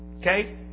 Okay